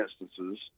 instances